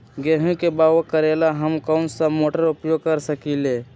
गेंहू के बाओ करेला हम कौन सा मोटर उपयोग कर सकींले?